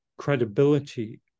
credibility